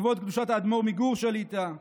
כבוד קדושת האדמו"ר מגור שליט"א.